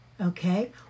okay